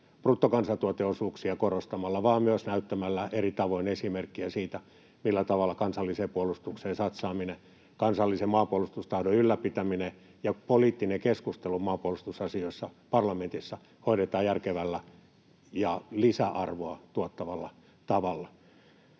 bruttokansantuoteosuuksia korostamalla vaan myös näyttämällä eri tavoin esimerkkejä siitä, millä tavalla kansalliseen puolustukseen satsaaminen, kansallisen maanpuolustustahdon ylläpitäminen ja poliittinen keskustelu maanpuolustusasioista parlamentissa hoidetaan järkevällä ja lisäarvoa tuottavalla tavalla.